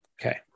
Okay